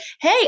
hey